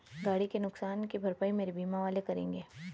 गाड़ी के नुकसान की भरपाई मेरे बीमा वाले करेंगे